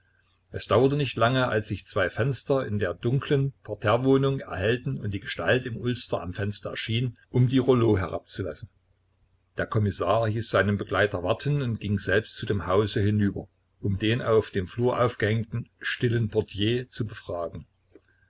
es dauerte nicht lange als sich zwei fenster in der dunklen parterrewohnung erhellten und die gestalt im ulster am fenster erschien um die rouleaux herabzulassen der kommissar hieß seinen begleiter warten und ging selbst zu dem hause hinüber um den auf dem flur aufgehängten stillen portier zu befragen